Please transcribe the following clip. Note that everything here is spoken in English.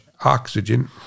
oxygen